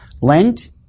Lent